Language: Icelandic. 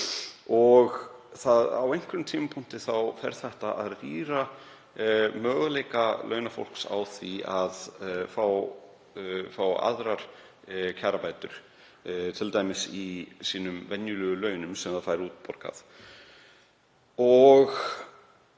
og á einhverjum tímapunkti þá fer það að rýra möguleika launafólks á því að fá aðrar kjarabætur, t.d. á sín venjulegu laun sem það fær útborgað.